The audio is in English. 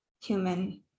human